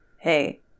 Hey